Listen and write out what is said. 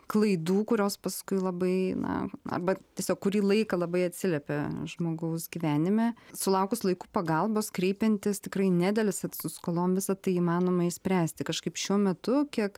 klaidų kurios paskui labai na arba tiesiog kurį laiką labai atsiliepia žmogaus gyvenime sulaukus laiku pagalbos kreipiantis tikrai nedelsiant su skolom visa tai įmanoma išspręsti kažkaip šiuo metu kiek